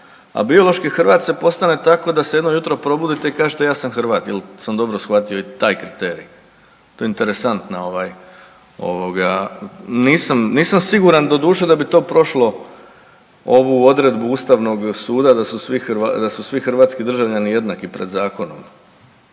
a biološki Hrvat se postane tako da se jedno jutro probudite i kažete ja sam Hrvat. Jel sam dobro shvatio i taj kriterij? To je interesantna ovaj, ovoga nisam siguran doduše da bi to prošlo ovu odredbu Ustavnog suda da su Hrvati, da su svi hrvatski državljani jednaki pred zakonom.